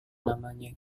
namanya